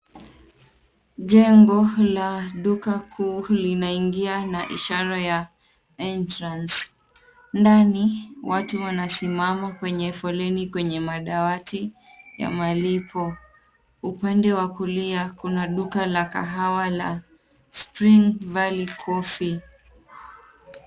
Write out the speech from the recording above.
Jengo la duka kuu linaingia na ishara ya entrance . Ndani, watu wanasimama kwenye foleni kwenye dawati ya malipo. Upande wa kulia kuna duka la kahawa la Spring Valley Coffee.